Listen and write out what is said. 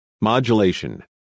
Modulation